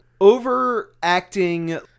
overacting